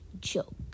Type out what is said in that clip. joke